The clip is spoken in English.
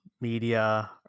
media